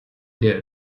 der